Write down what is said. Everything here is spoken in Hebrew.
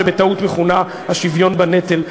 שבטעות מכונה "השוויון בנטל".